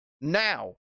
now